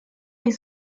est